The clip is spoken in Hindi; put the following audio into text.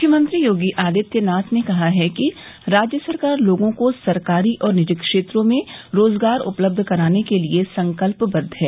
मुख्यमंत्री योगी आदित्यनाथ ने कहा है कि राज्य सरकार लोगों को सरकारी और निजी क्षेत्र में रोजगार उपलब्ध कराने के लिये संकल्पबद्ध है